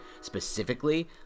specifically